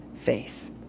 faith